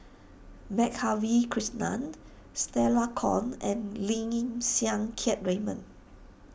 Madhavi Krishnan Stella Kon and Lim Siang Keat Raymond